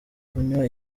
kunywa